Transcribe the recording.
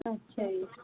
ਅੱਛਾ ਜੀ